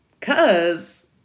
Cause